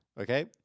Okay